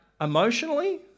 emotionally